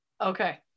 okay